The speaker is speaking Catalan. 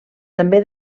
també